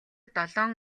долоон